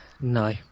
No